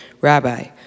Rabbi